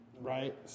right